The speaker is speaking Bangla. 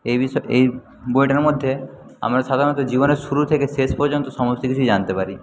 এই বিষয় এই বইটার মধ্যে আমরা সাধারণত জীবনের শুরু থেকে শেষ পর্যন্ত সমস্ত কিছু জানতে পারি